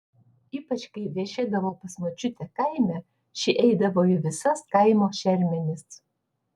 ypač kai viešėdavau pas močiutę kaime ši eidavo į visas kaimo šermenis